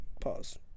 Pause